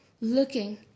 Looking